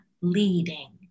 leading